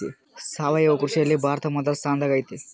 ಸಾವಯವ ಕೃಷಿಯಲ್ಲಿ ಭಾರತ ಮೊದಲ ಸ್ಥಾನದಾಗ್ ಐತಿ